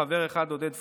חבר אחד: עודד פורר,